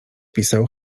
pisał